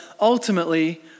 ultimately